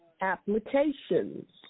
applications